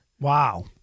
Wow